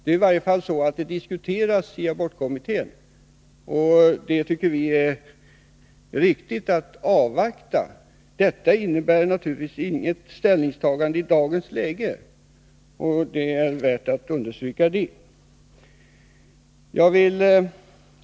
I varje fall diskuteras saken i abortkommittén, och vi tycker det är riktigt att avvakta dess betänkande. Det är värt att understryka att vårt uttalande naturligtvis icke innebär något ställningstagande i dagens läge.